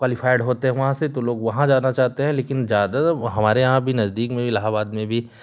qualified होते हैं वहाँ से तो लोग वहाँ जाना चाहते हैं लेकिन ज़्यादा हमारे यहाँ भी नजदीक में इलाहाबाद में भी